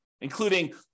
including